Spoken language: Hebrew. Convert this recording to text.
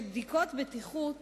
שבדיקות בטיחות